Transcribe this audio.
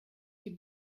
die